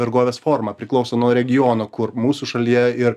vergovės forma priklauso nuo regiono kur mūsų šalyje ir